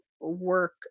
work